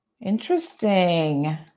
Interesting